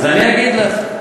אז אני אגיד לך.